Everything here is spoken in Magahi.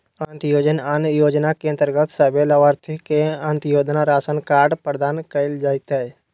अंत्योदय अन्न योजना के अंतर्गत सभे लाभार्थि के अंत्योदय राशन कार्ड प्रदान कइल जयतै